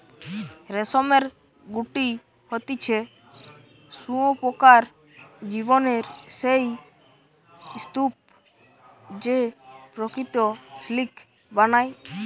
রেশমের গুটি হতিছে শুঁয়োপোকার জীবনের সেই স্তুপ যে প্রকৃত সিল্ক বানায়